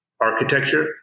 architecture